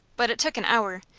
but it took an hour,